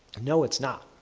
no it's not.